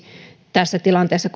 tässä tilanteessa